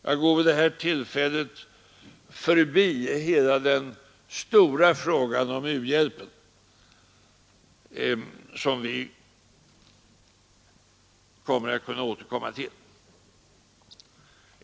Jag går vid detta tillfälle förbi hela den stora frågan om u-hjälpen som vi återkommer till.